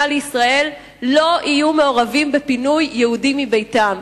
לישראל לא יהיו מעורבים בפינוי יהודים מביתם,